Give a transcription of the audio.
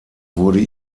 wurde